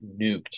nuked